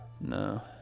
No